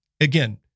Again